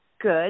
Good